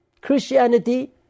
Christianity